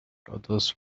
others